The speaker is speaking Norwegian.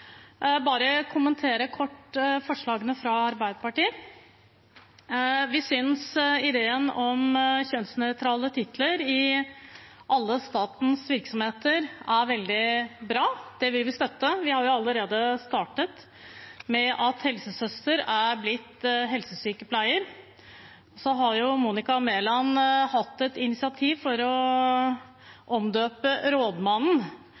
bare kort kommentere forslagene fra Arbeiderpartiet. Vi synes ideen om kjønnsnøytrale titler i alle statens virksomheter er veldig bra. Det vil vi støtte. Vi har allerede startet – helsesøster er blitt til helsesykepleier. Statsråd Monica Mæland har tatt et initiativ for å omdøpe rådmannen,